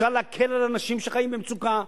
אפשר להקל על אנשים שחיים במצוקה,